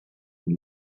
and